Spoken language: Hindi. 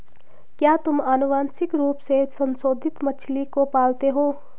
क्या तुम आनुवंशिक रूप से संशोधित मछली को पालते हो?